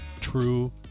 true